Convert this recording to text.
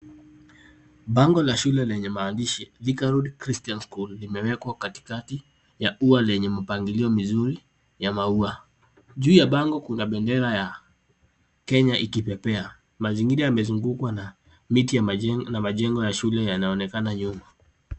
Bango la shule lenye maandishi Thika Road Christina School limewekwa katikati ya ua lenye mpangilio mzuri ya maua. Juu ya ua kuna bendera ya Kenya ikipepea. Mazingira yamezungukwa na miti ya maje- na majengo ya shule yanaonekana nyuma.